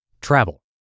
travel